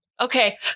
Okay